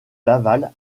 laval